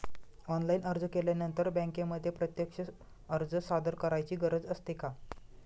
Online अर्ज केल्यानंतर बँकेमध्ये प्रत्यक्ष अर्ज सादर करायची गरज असते का?